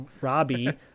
Robbie